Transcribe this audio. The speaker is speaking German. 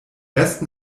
ersten